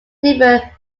different